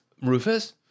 Rufus